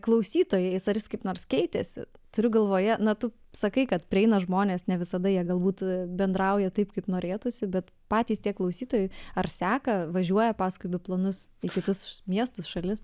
klausytojais ar jis kaip nors keitėsi turiu galvoje na tu sakai kad prieina žmonės ne visada jie galbūt bendrauja taip kaip norėtųsi bet patys tie klausytojai ar seka važiuoja paskui biplanus į kitus miestus šalis